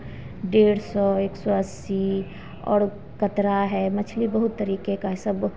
डेढ़ सौ एक सौ अस्सी और कतरा है मछली बहुत तरीके का है सब